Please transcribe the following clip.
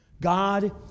God